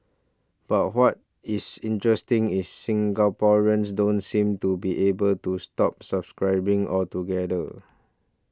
but what is interesting is Singaporeans don't seem to be able to stop subscribing altogether